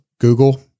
google